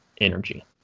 energy